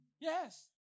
Yes